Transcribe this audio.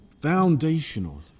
foundational